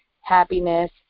happiness